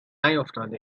نیفتاده